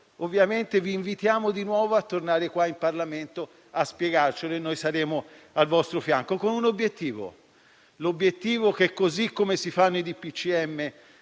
ovviamente vi invitiamo di nuovo a tornare in Parlamento a spiegarcelo, e noi saremo al vostro fianco con un obiettivo: esattamente come si fanno i DPCM